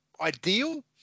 ideal